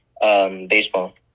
baseball